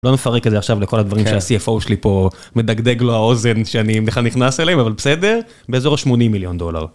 לא מפרק את זה עכשיו לכל הדברים שה CFO שלי פה מדגדג לו האוזן שאני בכלל נכנס אליהם אבל בסדר, באזור 80 מיליון דולר.